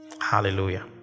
Hallelujah